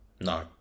no